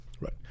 Right